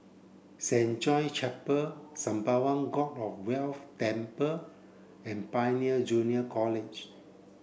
Saint John Chapel Sembawang God of Wealth Temple and Pioneer Junior College